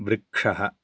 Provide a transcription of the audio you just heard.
वृक्षः